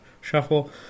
shuffle